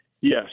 Yes